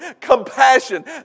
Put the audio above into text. compassion